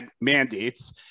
mandates